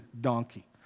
donkey